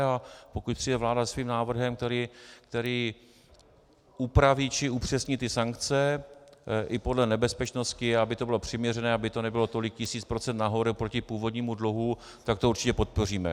A pokud přijde vláda se svým návrhem, který upraví či upřesní sankce i podle nebezpečnosti, aby to bylo přiměřené, aby to nebylo tolik tisíc procent nahoru proti původnímu dluhu, tak to určitě podpoříme.